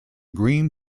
green